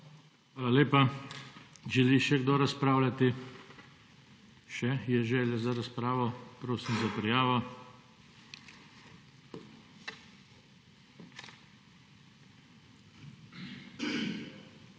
Hvala lepa. Želi še kdo razpravljati? Še je želja za razpravo. Prosim za prijavo.